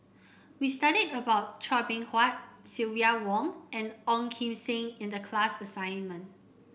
we studied about Chua Beng Huat Silvia Wong and Ong Kim Seng in the class assignment